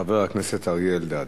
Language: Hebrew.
חבר הכנסת אריה אלדד.